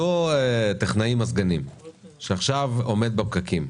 אותו טכנאי מזגנים שעכשיו עומד בפקקים,